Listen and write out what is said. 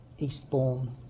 Eastbourne